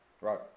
Right